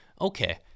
Okay